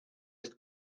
sest